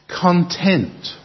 Content